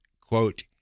quote